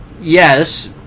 Yes